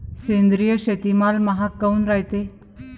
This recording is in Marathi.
सेंद्रिय शेतीमाल महाग काऊन रायते?